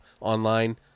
online